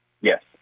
yes